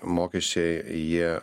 mokesčiai jie